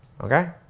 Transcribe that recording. okay